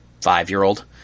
five-year-old